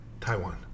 Taiwan